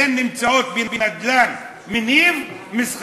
הן נמצאות בנדל"ן מניב, מסחרי,